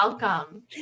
Welcome